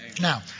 Now